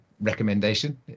recommendation